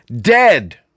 dead